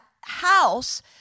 house